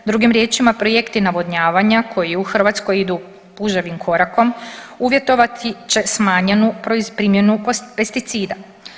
Drugim riječima projekti navodnjavanja koji u Hrvatskoj idu puževim korakom uvjetovati će smanjenu primjenu pesticida.